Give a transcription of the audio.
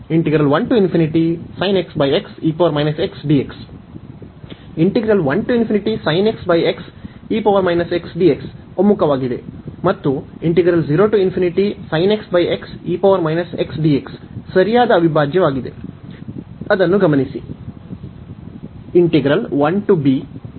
ಒಮ್ಮುಖವಾಗಿದೆ ಮತ್ತು ಸರಿಯಾದ ಅವಿಭಾಜ್ಯವಾಗಿದೆ